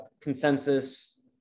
consensus